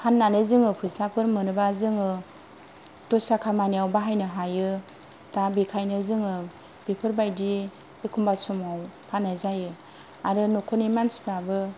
फाननानै जोङो फैसाफोर मोनोब्ला जोङो दस्रा खामानियाव बाहायनो हायो दा बेखायनो जोङो बेफोरबायदि एखमब्ला समाव फाननाय जायो आरो न'खरनि मानसिफोराबो बुङो